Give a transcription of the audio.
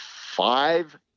Five